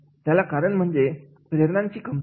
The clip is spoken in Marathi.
त्याला कारण म्हणजे प्रेरणांची कमतरता